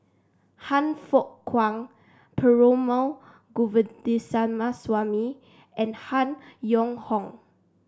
Han Fook Kwang Perumal Govindaswamy and Han Yong Hong